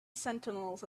sentinels